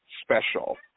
special